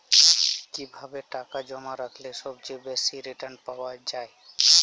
কিভাবে টাকা জমা রাখলে সবচেয়ে বেশি রির্টান পাওয়া য়ায়?